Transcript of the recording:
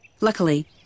Luckily